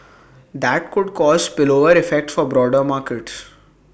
that could cause spillover effects for broader markets